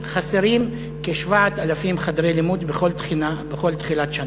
חסרים כ-7,000 חדרי לימוד בכל תחילת שנה,